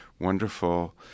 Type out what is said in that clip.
wonderful